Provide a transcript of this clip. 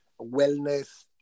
wellness